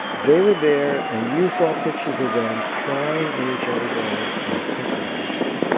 they were there and you saw pictures of them crying in each other's arms and comforting each other.